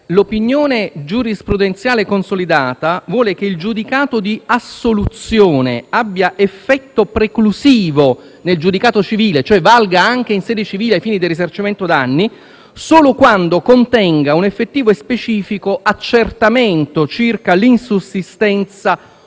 L'opinione giurisprudenziale consolidata vuole che il giudicato di assoluzione abbia effetto preclusivo nel giudicato civile, cioè valga anche in sede civile ai fini del risarcimento del danno, solo quando contenga un effettivo e specifico accertamento circa l'insussistenza